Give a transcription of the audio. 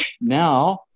Now